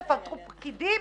תפטרו פקידים?